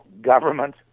government